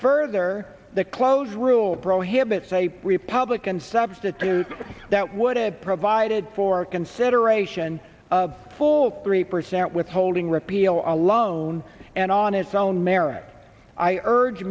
further the close rule prohibits a republican substitute that would have provided for consideration of full three percent withholding repeal alone and on its own merit i urge